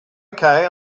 okay